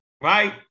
Right